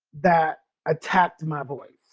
that attacked my voice.